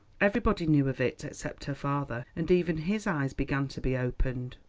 everybody knew of it, except her father, and even his eyes began to be opened.